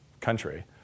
country